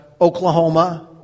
Oklahoma